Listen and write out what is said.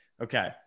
Okay